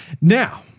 Now